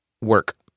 work